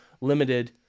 limited